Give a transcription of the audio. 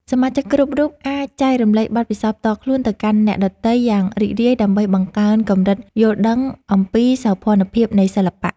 សមាជិកគ្រប់រូបអាចចែករំលែកបទពិសោធន៍ផ្ទាល់ខ្លួនទៅកាន់អ្នកដទៃយ៉ាងរីករាយដើម្បីបង្កើនកម្រិតយល់ដឹងអំពីសោភ័ណភាពនៃសិល្បៈ។